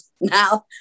now